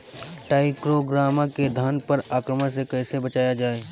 टाइक्रोग्रामा के धान पर आक्रमण से कैसे बचाया जाए?